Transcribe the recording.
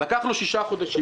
לקח לו שישה חודשים.